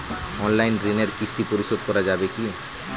Online ঋণের কিস্তি পরিশোধ করা যায় কি?